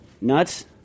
Nuts